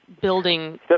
building